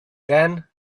then